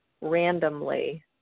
randomly